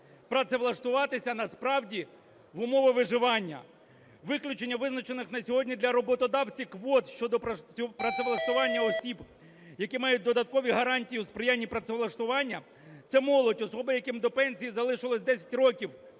працевлаштуватися, насправді в умови виживання. Виключення визначених на сьогодні для роботодавців квот щодо працевлаштування осіб, які мають додаткові гарантії у сприянні працевлаштування, - це молодь, особи яким до пенсії залишилось 10 років.